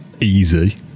easy